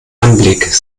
anblick